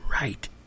right